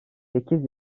sekiz